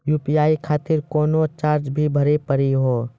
UPI खातिर कोनो charge भी भरी पड़ी हो?